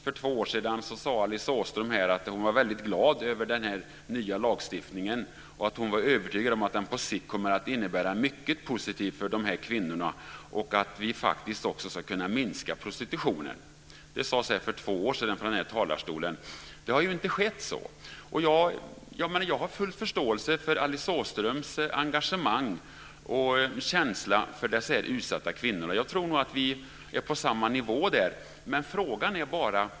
För två år sedan sade Alice Åström att hon var väldigt glad över den nya lagstiftningen och att hon var övertygad om att den på sikt kommer att innebära mycket positivt för dessa kvinnor och att vi faktiskt ska kunna minska prostitutionen. Det sades för två år sedan från denna talarstol. Det har inte blivit så. Jag har full förståelse för Alice Åströms engagemang och känsla för dessa utsatta kvinnor. Jag tror att vi är på samma nivå där.